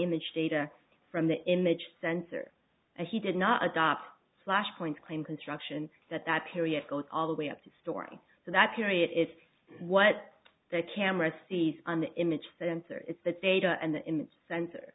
image data from the image sensor a he did not adopt flash point claim construction at that period goes all the way up the story so that period is what the camera sees an image sensor it's the data and the image sensor